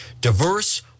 diverse